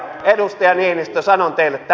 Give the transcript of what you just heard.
edustaja niinistö sanon teille